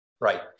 Right